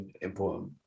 important